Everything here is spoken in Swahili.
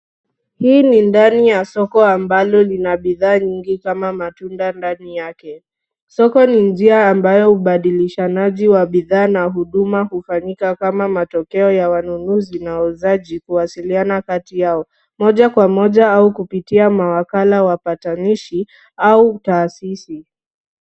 Hii ni ndani ya soko ambalo lina bidhaa nyingi kama matunda ndani yake, soko ni njia ambayo ubadilishanaji wa bidhaa na huduma hufanyika kama matokeo ya wanunuzi na wauzaji kuwasiliana kati yao, moja kwa moja au kupitia mawakala wapatanishi, au taasisi.